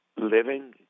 Living